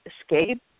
escape